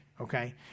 okay